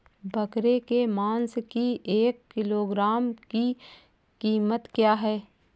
बकरे के मांस की एक किलोग्राम की कीमत क्या है?